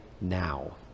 now